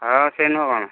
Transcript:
ହଁ ସେ ନୁହଁ କ'ଣ